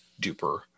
duper